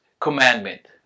commandment